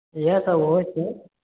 इएहसभ होइ छै